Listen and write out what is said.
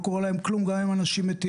אף אחד לא יכול להתעלם ולהגיד שהוא לא יודע.